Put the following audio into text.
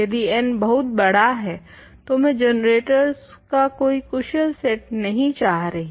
यदि n बहुत बड़ा है तो मैं जनरेटोर्स का कोई कुशल सेट नहीं चाह रही